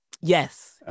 Yes